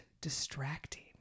distracting